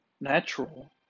natural